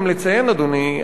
אדוני השר,